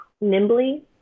nimbly